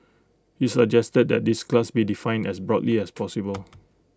he suggested that this class be defined as broadly as possible